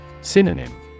Synonym